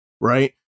Right